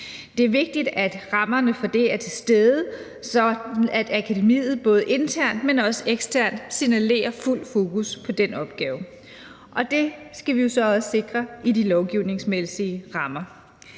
Det er vigtigt, at rammerne for det er til stede, sådan akademiet både internt, men også eksternt signalerer fuldt fokus på den opgave, og det skal vi så også sikre i de lovgivningsmæssige rammer.